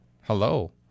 Hello